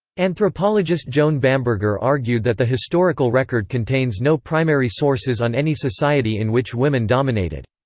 anthropologist joan bamberger argued that the historical record contains no primary sources on any society in which women dominated.